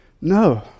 No